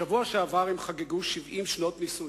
בשבוע שעבר הם חגגו 70 שנות נישואין.